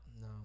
no